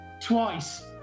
Twice